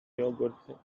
yogurt